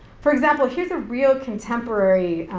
for example, here's a real contemporary,